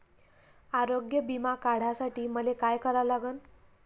आरोग्य बिमा काढासाठी मले काय करा लागन?